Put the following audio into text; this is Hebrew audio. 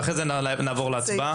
ואחרי זה נעבור להצבעה.